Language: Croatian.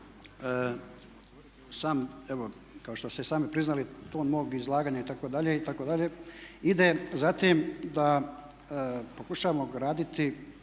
kao što ste i sami priznali ton mog izlaganja itd., itd., ide za tim da pokušamo graditi